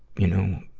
you know,